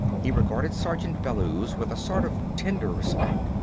he regarded sergeant bellews with a sort of tender respect.